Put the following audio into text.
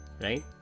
right